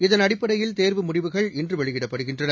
இதன் அடிப்படையில் தேர்வு முடிவுகள் இன்றுவெளியிடப்படுகின்றன